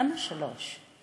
למה שלוש?